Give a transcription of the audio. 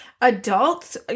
Adults